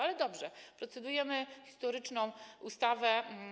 Ale dobrze, procedujemy nad historyczną ustawą.